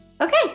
Okay